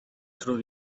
through